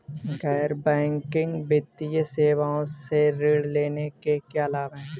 गैर बैंकिंग वित्तीय सेवाओं से ऋण लेने के क्या लाभ हैं?